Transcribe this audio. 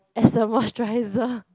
as the moisturiser